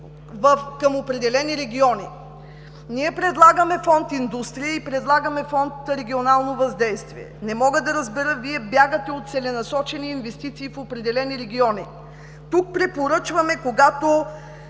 към определени региони. Ние предлагаме фонд „Индустрия“ и предлагаме фонд „Регионално въздействие“. Не мога да разбера, вие бягате от целенасочени инвестиции в определени региони! Тук препоръчваме, когато